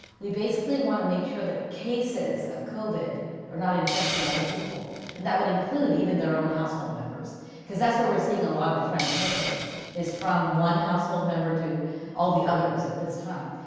we basically want to make sure that cases of covid are not infecting other people and that would include even their own household members because that's where we're seeing a lot of the transmission is from one household member to the others at this time.